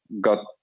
got